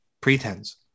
pretense